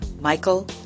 Michael